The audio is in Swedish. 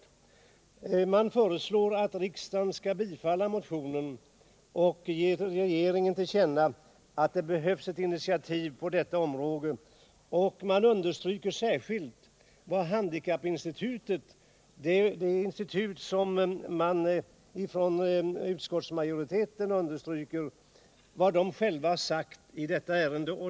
Reservanterna föreslår att riksdagen skall bifalla motionen och ge regeringen till känna att det behövs ett särskilt initiativ på detta område. I reservationen understryks vad handikappinstitutet — det institut som utskottsmajoriteten åberopar — har uttalat i detta ärende.